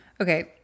Okay